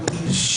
מי נמנע?